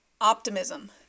Optimism